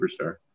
superstar